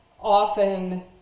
often